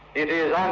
it is